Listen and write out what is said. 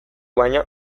banan